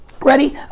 Ready